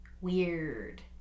weird